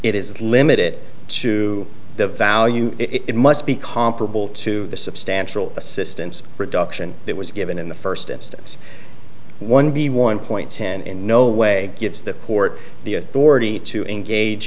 is limited to the value it must be comparable to the substantial assistance reduction that was given in the first instance one b one point ten in no way gives the port the authority to engage